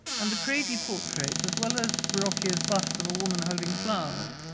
and the credi portraits, as well as verrocchio's bust of a woman holding flowers,